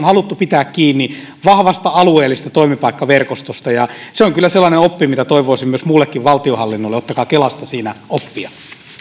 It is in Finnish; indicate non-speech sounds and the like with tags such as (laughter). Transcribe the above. (unintelligible) haluttu pitää kiinni vahvasta alueellisesta toimipaikkaverkostosta se on kyllä sellainen oppi mitä toivoisin muullekin valtionhallinnolle ottakaa kelasta siinä oppia